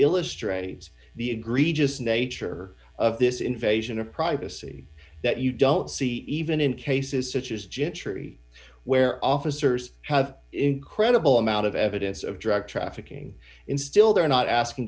illustrate the egregious nature of this invasion of privacy that you don't see even in cases such as gentry where officers have incredible amount of evidence of drug trafficking in still they're not asking